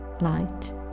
Light